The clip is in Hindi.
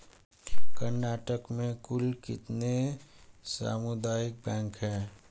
कर्नाटक में कुल कितने सामुदायिक बैंक है